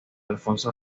alfonso